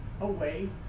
away